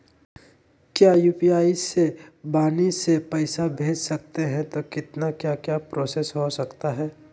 क्या यू.पी.आई से वाणी से पैसा भेज सकते हैं तो कितना क्या क्या प्रोसेस हो सकता है?